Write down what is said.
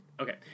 Okay